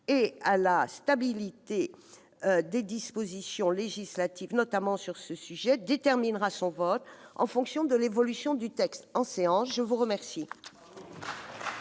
et à la stabilité des dispositions législatives, notamment sur ces sujets, déterminera son vote en fonction de l'évolution du texte au cours de la séance.